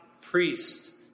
priest